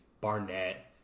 Barnett